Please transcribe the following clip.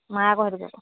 মাই আকৌ সেইটোত যাব